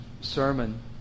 sermon